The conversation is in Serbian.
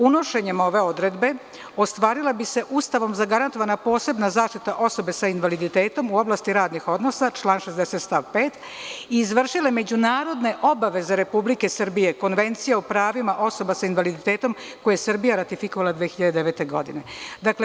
Unošenjem ove odredbe ostvarila bi se Ustavom zagarantovana posebna zaštita osobe sa invaliditetom u oblasti radnih odnosa, član 60. stav 5, i izvršile međunarodne obaveze Republike Srbije, Konvencija o pravima osoba sa invaliditetom, koju je Srbija ratifikovala 2009. godine.